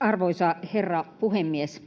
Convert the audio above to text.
Arvoisa herra puhemies!